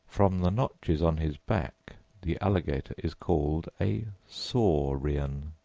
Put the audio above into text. from the notches on his back the alligator is called a sawrian.